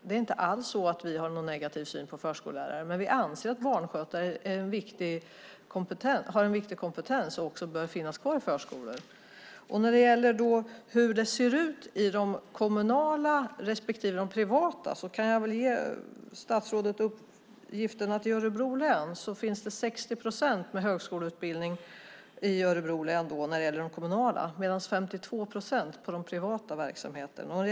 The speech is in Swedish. Det är inte alls så att vi har någon negativ syn på förskollärare, men vi anser att barnskötare har en viktig kompetens och också bör finnas kvar i förskolorna. När det gäller hur det ser ut i de kommunala respektive de privata förskolorna kan jag ge statsrådet uppgiften att i Örebro län finns det 60 procent med högskoleutbildning i de kommunala förskolorna, medan det finns 52 procent i de privata verksamheterna.